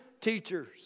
teachers